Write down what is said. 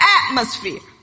atmosphere